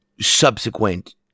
subsequent